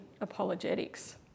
apologetics